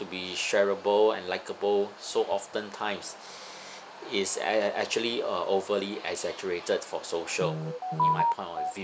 to be shareable and likeable so often times is a~ a~ actually uh overly exaggerated for social in my point of view